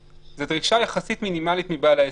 זו דרישה יחסית מינימלית מבעל העסק.